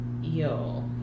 yo